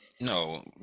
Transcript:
no